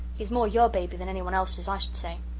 he is more your baby than anyone else's i should say,